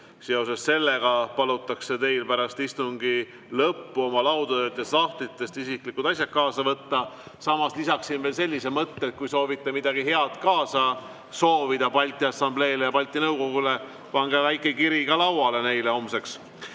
Seoses sellega palutakse teil pärast istungi lõppu oma laudadelt ja sahtlitest isiklikud asjad kaasa võtta. Samas lisaksin veel sellise mõtte, et kui soovite midagi head soovida Balti Assambleele ja Balti Nõukogule, siis pange väike kiri lauale neile homseks.